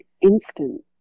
instant